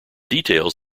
details